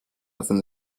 within